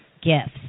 gifts